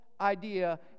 idea